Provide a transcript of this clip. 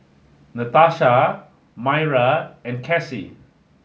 Natasha Maira and Cassie